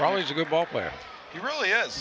probably is a good ballplayer he really is